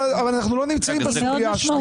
אבל אנחנו לא נמצאים בסוגיה השנייה.